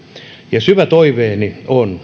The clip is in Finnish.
ja syvä toiveeni on että hallituspuolueet ovat